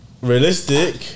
Realistic